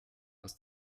aus